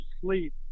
sleep